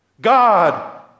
God